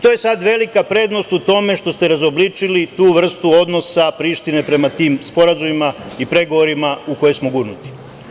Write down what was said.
To je sada velika prednost u tome što ste razobličili tu vrstu odnosa Prištine prema tim sporazumima i pregovorima u koje smo gurnuti.